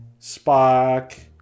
Spock